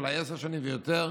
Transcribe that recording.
אולי עשר שנים ויותר,